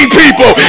people